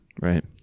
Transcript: Right